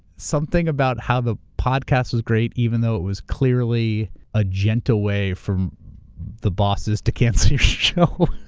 something about how the podcast was great even though it was clearly a gentle way from the bosses to cancel your show.